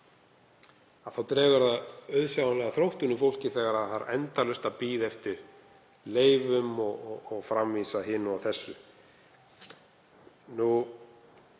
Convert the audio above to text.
Það dregur auðsjáanlega þróttinn úr fólki þegar það þarf endalaust að bíða eftir leyfum og framvísa hinu og þessu.